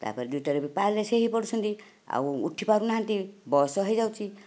ତା'ପରେ ଦ୍ଵିତୀୟରେ ବି ପାରାଲିସିସ ହୋଇ ପଡ଼ୁଛନ୍ତି ଆଉ ଉଠି ପାରୁନାହାଁନ୍ତି ବୟସ ହୋଇଯାଉଛି